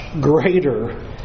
greater